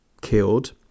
killed